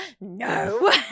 No